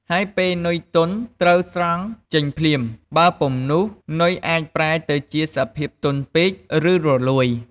ហើយពេលនុយទន់ត្រូវស្រង់ចេញភ្លាម បើពុំនោះនុយអាចប្រែទៅជាសភាពទន់ពេក ឬរលួយ។